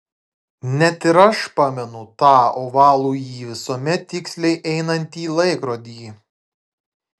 net ir aš pamenu tą ovalųjį visuomet tiksliai einantį laikrodį